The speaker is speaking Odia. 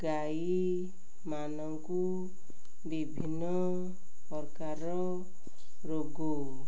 ଗାଈମାନଙ୍କୁ ବିଭିନ୍ନ ପ୍ରକାରର ରୋଗ